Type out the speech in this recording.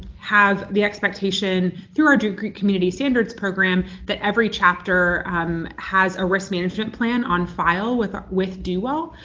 have the expectation, through our duke community standards program, that every chapter has a risk management plan on file with with duwell.